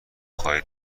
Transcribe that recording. خواهید